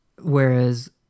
whereas